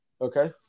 Okay